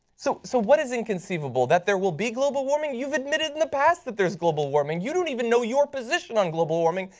so so what is inconceivable that there will be global warming? you've admitted in the past that there is global warming! you don't even know your position on global warming.